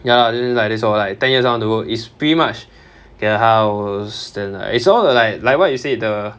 ya lah li~ like this lor like ten years down the road it's pretty much get a house then like it's all the like like what you said the